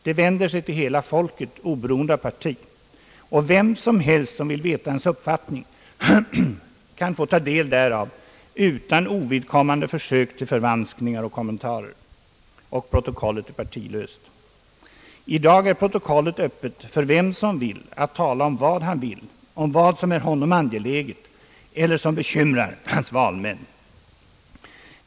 Det vänder sig till hela folket oberoende av parti, och vem som helst som vill veta ens uppfattning kan få ta del därav utan ovidkommande försök till förvanskningar och kommentarer. Och protokollet är partilöst! I dag är protokollet öppet för vem som vill att tala om vad han vill, om vad som är honom angeläget eller som bekymrar hans valmän.